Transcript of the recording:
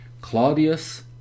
claudius